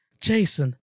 Jason